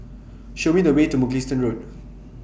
Show Me The Way to Mugliston Road